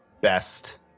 best –